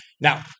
Now